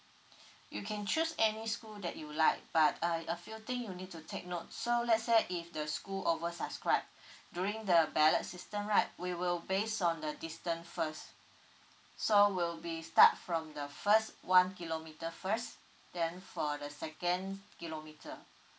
you can choose any school that you like but uh a few thing you need to take note so let's say if the school oversubscribe during the ballot system right we will base on the distant first so will be start from the first one kilometre first then for the second kilometre